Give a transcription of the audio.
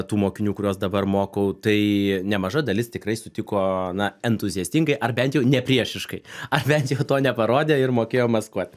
tų mokinių kuriuos dabar mokau tai nemaža dalis tikrai sutiko na entuziastingai ar bent jau ne priešiškai ar bent jau to neparodė ir mokėjo maskuot